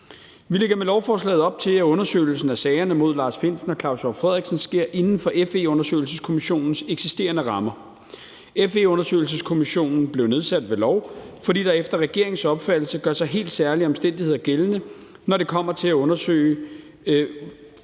Vi lægger med lovforslaget op til, at undersøgelsen af sagerne mod Lars Findsen og Claus Hjort Frederiksen sker inden for FE-undersøgelseskommissionens eksisterende rammer. FE-undersøgelseskommissionen blev nedsat ved lov, fordi der efter regeringens opfattelse gør sig helt særlige omstændigheder gældende, når det kommer til undersøgelse